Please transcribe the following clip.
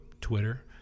Twitter